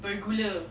bergula